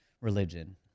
religion